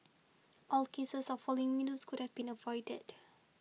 all cases of falling windows could have been avoided